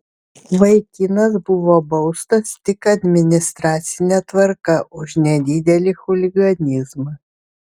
vaikinas buvo baustas tik administracine tvarka už nedidelį chuliganizmą